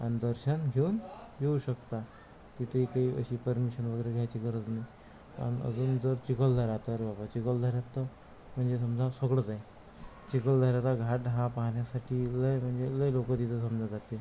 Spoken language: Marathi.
आणि दर्शन घेऊन येऊ शकता तिथेही काही अशी परमिशन वगैरे घ्यायची गरज नाही आणि अजून जर चिखलदरा तर बघा चिखलदरात तर म्हणजे समजा सगळंच आहे चिखलदऱ्याचा घाट हा पाहण्यासाठी लय म्हणजे लय लोकं तिथं जमले जाते